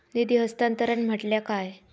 निधी हस्तांतरण म्हटल्या काय?